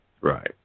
Right